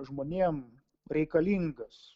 žmonėm reikalingas